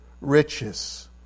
riches